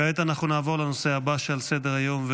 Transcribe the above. כעת נעבור לנושא הבא על סדר-היום: